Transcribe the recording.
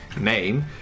name